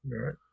right